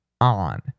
on